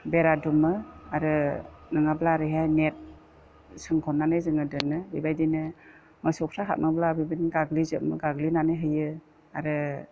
बेरा दुमो आरो नङाब्ला ओरैहाय नेट सोंखननानै जोङो दोनो बेबायदिनो मोसौफ्रा हाबोब्ला बिदिनो गाग्लिजोबो गाग्लिनानै होयो आरो